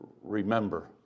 remember